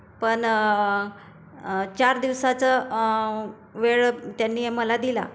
पण चार दिवसाचं वेळ त्यांनी मला दिला